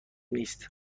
است